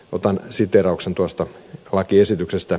otan siteerauksen tuosta lakiesityksestä